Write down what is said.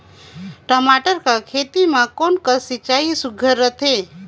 टमाटर कर खेती म कोन कस सिंचाई सुघ्घर रथे?